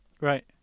right